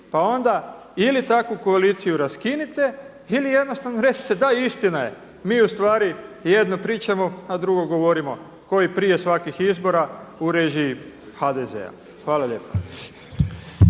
pa onda ili takvu koaliciju raskinite ili jednostavno recite, da istina je, mi ustvari jedno pričamo a drugo govorimo kao i prije svakih izbora u režiji HDZ-a. Hvala lijepa.